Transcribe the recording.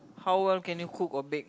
how well can you cook or bake